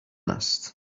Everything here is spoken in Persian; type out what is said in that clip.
است